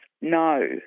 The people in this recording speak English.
no